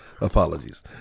Apologies